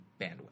bandwidth